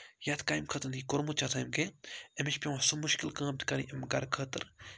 یَتھ کامہِ خٲطرٕ یہِ نہٕ کوٚرمُت چھُ آسان کیٚنٛہہ أمِس چھُ پٮ۪وان سُہ مُشکِل کٲم تہِ کَرٕنۍ أمۍ گرٕ خٲطرٕ